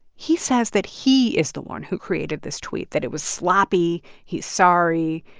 he says that he is the one who created this tweet, that it was sloppy. he's sorry.